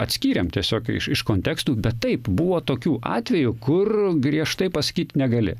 atskyrėm tiesiog iš iš kontekstų bet taip buvo tokių atvejų kur griežtai pasakyt negali